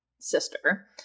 sister